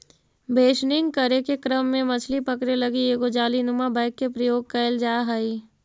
बेसनिंग करे के क्रम में मछली पकड़े लगी एगो जालीनुमा बैग के प्रयोग कैल जा हइ